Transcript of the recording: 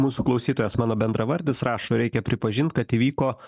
mūsų klausytojas mano bendravardis rašo reikia pripažint kad įvyko